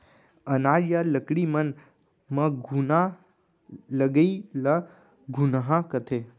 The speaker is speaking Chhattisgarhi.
अनाज या लकड़ी मन म घुना लगई ल घुनहा कथें